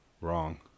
wrong